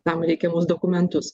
tam reikiamus dokumentus